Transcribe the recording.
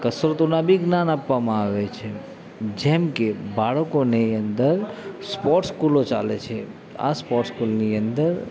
કસરતોના બી જ્ઞાન આપવામાં આવે છે જેમ કે બાળકોને અંદર સ્પોર્ટ સ્કૂલો ચાલે છે આ સ્પોર્ટ્સ સ્કૂલની અંદર